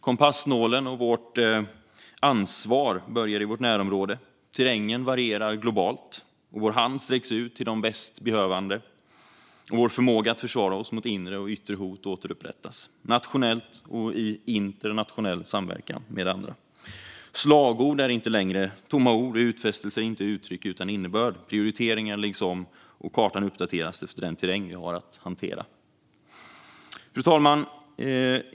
Kompassnålen och vårt ansvar börjar i vårt närområde. Terrängen varierar globalt, och vår hand sträcks ut till de bäst behövande. Vår förmåga att försvara oss mot inre och yttre hot återupprättas, nationellt och i internationell samverkan med andra. Slagord är inte längre tomma ord, och utfästelser är inte uttryck utan innebörd. Prioriteringar läggs om, och kartan uppdateras efter den terräng vi har att hantera. Fru talman!